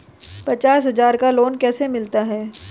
पचास हज़ार का लोन कैसे मिलता है?